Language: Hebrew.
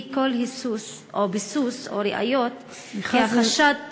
כל היסוס או ביסוס או ראיות כי החשד,